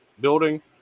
building